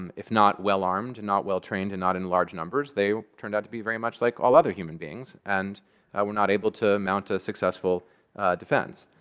um if not well armed, and not well trained, and not in large numbers, they turned out to be very much like all other human beings and were not able to mount a successful defense.